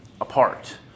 apart